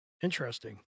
Interesting